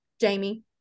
Jamie